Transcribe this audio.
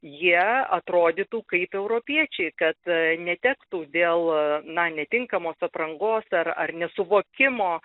jie atrodytų kaip europiečiai kad netektų dėl na netinkamos aprangos ar ar nesuvokimo